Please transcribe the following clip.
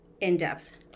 in-depth